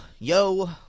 Yo